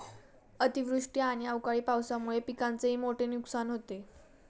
अतिवृष्टी आणि अवकाळी पावसामुळे पिकांचेही मोठे नुकसान होते